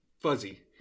fuzzy